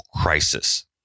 crisis